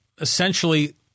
essentially